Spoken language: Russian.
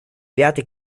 пятый